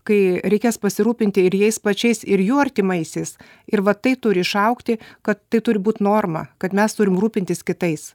kai reikės pasirūpinti ir jais pačiais ir jų artimaisiais ir va tai turi išaugti kad tai turi būt norma kad mes turim rūpintis kitais